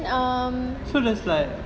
then mm